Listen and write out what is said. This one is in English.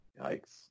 Yikes